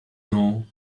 know